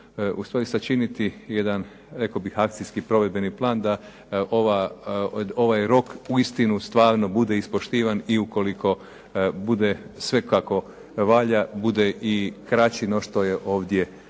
u stvari sačiniti jedan rekao bih akcijski provedbeni plan da ovaj rok uistinu stvarno bude ispoštivan. I ukoliko bude sve kako valja bude i kraći no što je ovdje